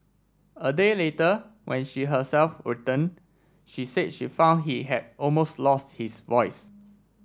a day later when she herself returned she said she found he had almost lost his voice